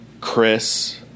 Chris